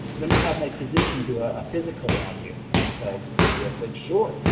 let me have my physician do a physical on you. and so, we-wha said, sure.